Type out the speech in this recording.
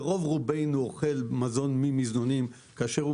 ורוב רובנו אוכל מזון ממזנונים כאשר הוא